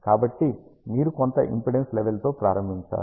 కాబట్టి మీరు కొంత ఇంపిడెన్స్ లెవెల్ తో ప్రారంభించాలి